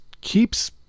keeps